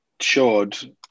showed